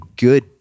good